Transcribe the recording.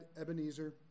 Ebenezer